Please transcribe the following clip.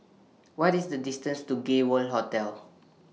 What IS The distance to Gay World Hotel